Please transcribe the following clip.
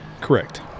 correct